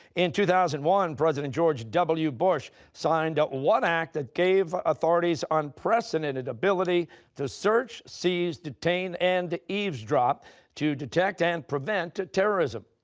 in two thousand and one, president george w. bush signed what act that gave authorities unprecedented ability to search, seize, detain, and eavesdrop to detect and prevent terrorism?